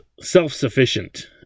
self-sufficient